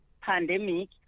pandemic